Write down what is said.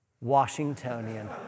Washingtonian